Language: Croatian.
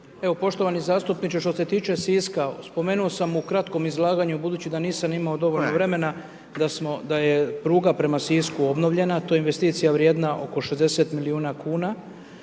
Evo poštovani zastupniče što se tiče Siska spomenuo sam u kratkom izlaganju budući da nisam imamo dovoljno vremena da smo da je pruga prema Sisku obnovljena, to je investicija vrijedna oko 60 milijuna kuna,